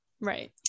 Right